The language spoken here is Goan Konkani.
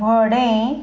व्हडें